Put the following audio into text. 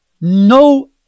no